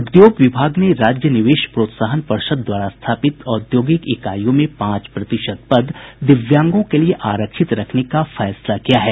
उद्योग विभाग ने राज्य निवेश प्रोत्साहन पर्षद द्वारा स्थापित औद्योगिक इकाईयों में पांच प्रतिशत पद दिव्यांगों के लिये आरक्षित रखने का फैसला किया है